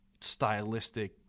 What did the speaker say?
stylistic